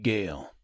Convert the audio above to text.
Gale